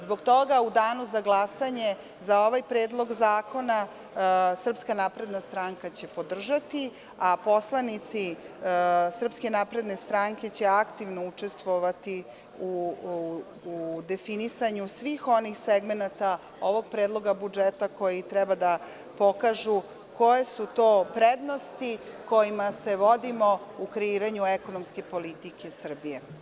Zbog toga u Danu za glasanje ovaj predlog zakona SNS će podržati, a poslanici SNS će aktivno učestvovati u definisanju svih onih segmenata ovog predloga budžeta koji treba da pokažu koje su to prednosti kojima se vodimo u kreiranju ekonomske politike Srbije.